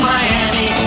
Miami